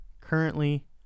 currently